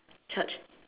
church